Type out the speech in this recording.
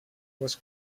was